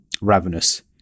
Ravenous